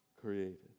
created